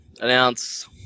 announce